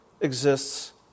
exists